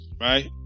Right